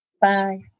Bye